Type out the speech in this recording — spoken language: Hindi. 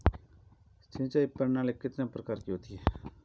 सिंचाई प्रणाली कितने प्रकार की होती है?